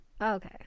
okay